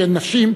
שהן נשים,